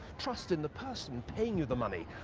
trust in the person paying you the money,